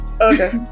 okay